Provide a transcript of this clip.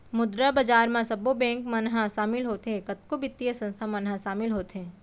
मुद्रा बजार म सब्बो बेंक मन ह सामिल होथे, कतको बित्तीय संस्थान मन ह सामिल होथे